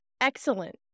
Excellent